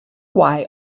why